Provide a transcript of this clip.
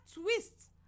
twists